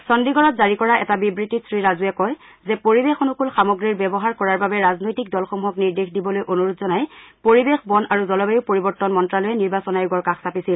চণ্ডীগড়ত জাৰি কৰা এটা বিবৃতিত শ্ৰীৰাজুৱে কয় যে পৰিৱেশ অনুকুল সামগ্ৰী ব্যৱহাৰ কৰাৰ বাবে ৰাজনৈতিক দলসমূহক নিৰ্দেশ দিবলৈ অনুৰোধ জনাই পৰিৱেশ বন আৰু জলবায়ু পৰিৱৰ্তন মন্ত্ৰালয়ে নিৰ্বাচন আয়োগৰ কাষ চাপিছিল